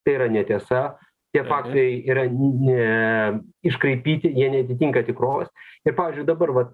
tai yra netiesa tie faktoriai yra ne iškraipyti jie neatitinka tikrovės ir pavyzdžiui dabar vat